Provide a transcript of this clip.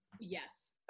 yes